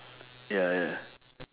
ya ya